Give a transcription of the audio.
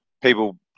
people